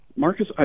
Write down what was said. Marcus